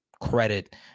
credit